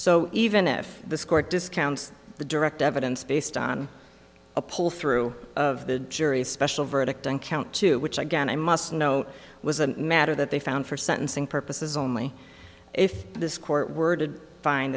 so even if this court discounts the direct evidence based on a pull through of the jury special verdict on count two which again i must know was a matter that they found for sentencing purposes only if this court worded find